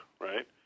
right